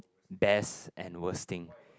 best and worst thing